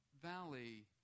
valley